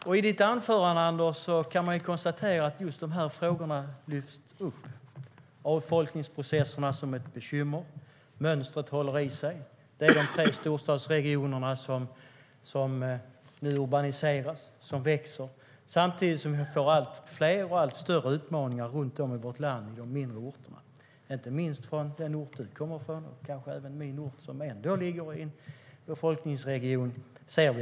Jag kan konstatera att du, Anders, i ditt anförande lyfte upp just de frågorna. Avfolkningsprocessen är ett bekymmer. Mönstret håller i sig, och de tre storstadsregionerna urbaniseras och växer samtidigt som vi får allt fler och allt större utmaningar i de mindre orterna runt om i landet. Det ser vi inte minst på den ort som du kommer från och kanske också i min hemort, som trots allt ligger i en större befolkningsregion.